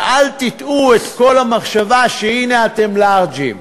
ואל תיטעו את כל המחשבה שהנה אתם לארג'ים,